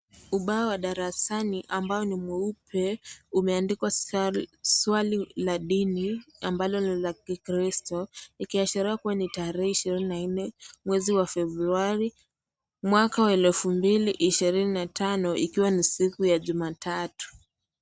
Ubao wa darasani, ambao ni mweupe, umeandikwa swali la dini, ambalo ni la kikristo. Ikiashiria kuwa ni ya tarehe ishirini na nne mwezi wa February mwaka wa 2025. Ikiwa ni siku ya Juma tatu.